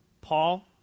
Paul